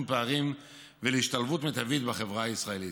פערים ולהשתלבות מיטבית בחברה הישראלית.